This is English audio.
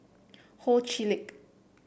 Ho Chee Lick